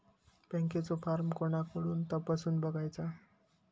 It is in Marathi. बँकेचो फार्म कोणाकडसून तपासूच बगायचा?